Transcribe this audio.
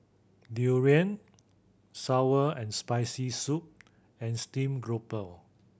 durian sour and Spicy Soup and steam grouper